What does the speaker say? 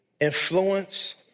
influence